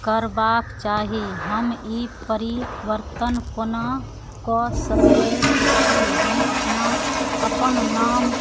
करबाक चाही हम ई परिवर्तन कोना कऽ सकैत छी हम अपना अपन नाम